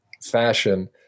fashion